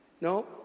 No